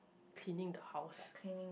cleaning the house